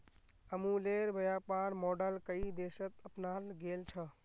अमूलेर व्यापर मॉडल कई देशत अपनाल गेल छ